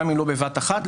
גם אם לא בבת אחת,